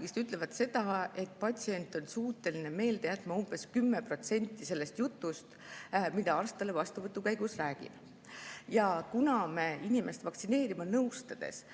mis ütlevad, et patsient on suuteline meelde jätma umbes 10% sellest jutust, mida arst talle vastuvõtu käigus räägib. Kuna me inimest vaktsineerimise teemal nõustades